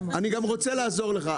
גם רוצה לעזור לך,